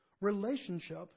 relationship